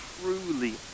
truly